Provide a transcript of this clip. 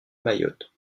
mayotte